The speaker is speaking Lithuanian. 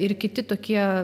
ir kiti tokie